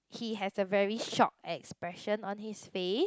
he has a very shock expression on his face